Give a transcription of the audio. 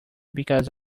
because